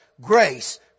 grace